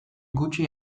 gutxi